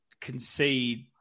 concede